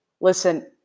listen